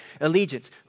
allegiance